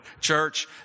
Church